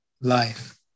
Life